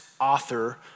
author